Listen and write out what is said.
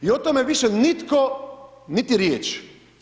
I o tome više nitko niti riječi.